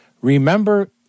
Remember